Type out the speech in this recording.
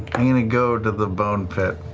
and go to the bone pit.